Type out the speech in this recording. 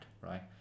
right